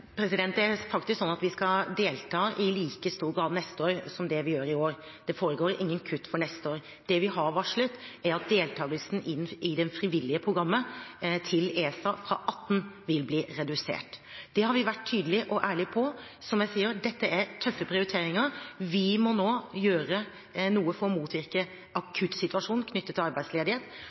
Det er faktisk slik at vi skal delta i like stor grad neste år som det vi gjør i år. Det foregår ingen kutt for neste år. Det vi har varslet, er at deltakelsen inn i det frivillige programmet til ESA vil bli redusert fra 2018. Det har vi vært tydelige og ærlige på, og som jeg sier: Dette er tøffe prioriteringer. Vi må nå gjøre noe for å motvirke akuttsituasjonen knyttet til arbeidsledighet,